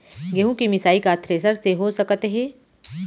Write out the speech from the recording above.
गेहूँ के मिसाई का थ्रेसर से हो सकत हे?